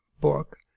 book